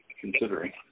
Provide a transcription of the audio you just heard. considering